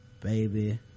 baby